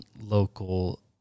local